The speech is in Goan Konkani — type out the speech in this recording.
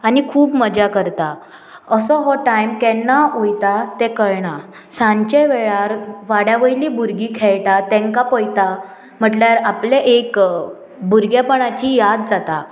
आनी खूब मजा करता असो हो टायम केन्ना वयता तें कयणा सांचे वेळार वाड्या वयली भुरगीं खेयटा तेंकां पयता म्हटल्यार आपलें एक भुरगेंपणाची याद जाता